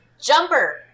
Jumper